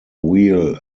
wheel